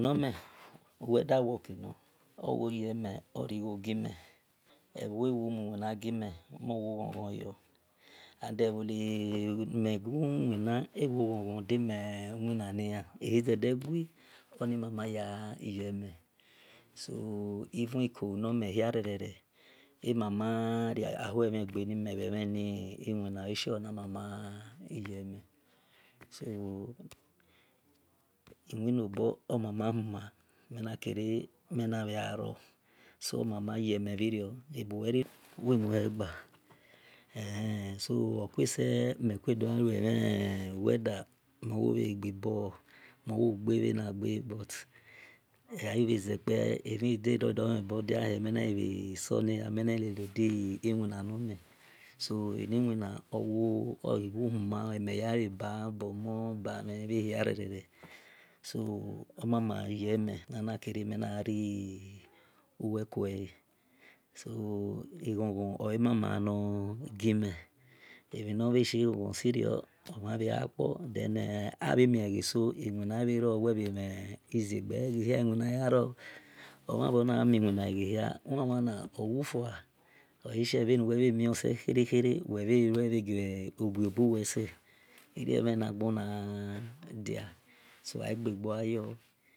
Nor mel welda worki nor oworigho gime ebho owo mul wina gime mon wo ghan ghon yor and ebo ni me guwina ewo gho gho dime winna nian eze de gui oni mama ya yeme so even ikolu nor mehiarere emama ria hue mhen gbe nime bhe mhen ni wina oleshie ona mama yeme so iwinobo omamahumai wel na ke mel na bhe gha rosoomama yeme bhirio ebuweriri ghaluwilmuo ghba so oque se melkue gha luemhen welda mon wo bhe aghi zekpe emhi ghi dor mhen bor diah mel na do soni ah mel na e lelodi winanor mel so eni wina owo huma o e mel ya mon ba mhen bhehia ere so omama yeme so eghon o emama gi me emhi nor bhe shie ghon ghon sirio omhan bhe gha kpor omhan bhor nagha mi wina eghehia owu fua oleye whe gha lur khere eghehia owu fua oleye whe ghalue khere bhe bobuwel sel irie emhn nagbona dia so agbe gbelu yor.